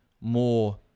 more